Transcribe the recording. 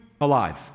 alive